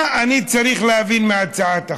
מה אני צריך להבין מהצעת החוק?